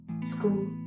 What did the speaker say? school